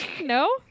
No